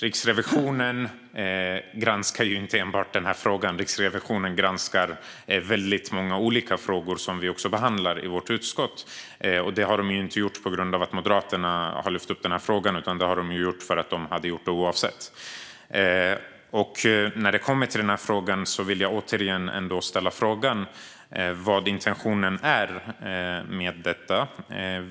Riksrevisionen granskar inte enbart denna fråga utan även väldigt många olika andra frågor, som vi i vårt utskott också behandlar. Det har de inte gjort på grund av att Moderaterna har lyft upp något, utan det hade de gjort oavsett detta. Vad gäller själva frågan undrar jag återigen: Vad är intentionen med detta?